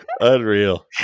Unreal